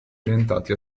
orientati